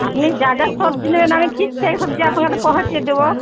আপনি যা যা সবজি নেবেন আমি ঠিক সেই সবজি আপনাকে পৌছিয়ে দেব